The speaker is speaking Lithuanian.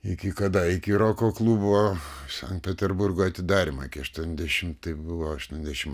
iki kada iki roko klubo sankt peterburgo atidarymą kokie aštuoniasdešimti buvo aštuoniasdešimt